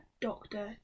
doctor